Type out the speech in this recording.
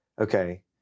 okay